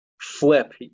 flip